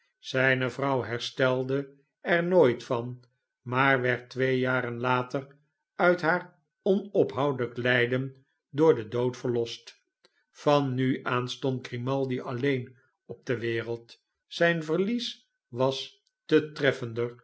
zijne vrouw herstelde er nooit van maar werd twee jaren later uit haar onophoudelijk lijden door den dood verlost van nu aan stond grimaldi alleen op de wereld zijn verlies was te treffender